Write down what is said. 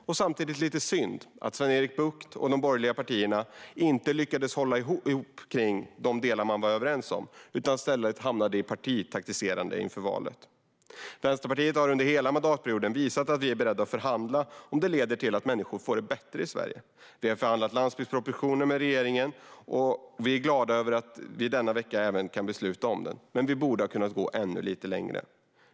Samtidigt är det lite synd att Sven-Erik Bucht och de borgerliga partierna inte lyckades hålla ihop kring de delar man var överens om utan i stället hamnade i partitaktiserande inför valet. Vi i Vänsterpartiet har under hela mandatperioden visat att vi är beredda att förhandla om det leder till att människor får det bättre i Sverige. Vi har förhandlat landsbygdspropositionen med regeringen och är glada över att vi denna vecka även kan besluta om den. Vi borde dock ha kunnat gå ännu lite längre.